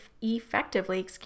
effectively